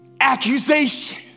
Accusation